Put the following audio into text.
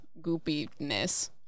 goopiness